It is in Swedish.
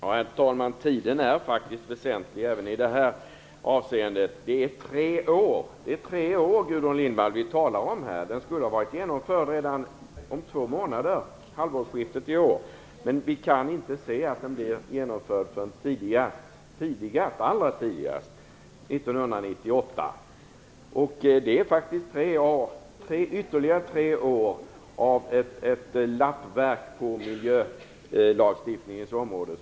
Herr talman! Tiden är faktiskt väsentlig även i det här avseendet. Det skiljer tre år, Gudrun Lindvall. Miljöbalken skulle ha trätt i kraft redan om två månader, vid halvårsskiftet i år. Vi kan inte se att den träder i kraft förrän allra tidigast 1998. Det är faktiskt ytterligare tre år av ett lappverk på miljölagstiftningens område.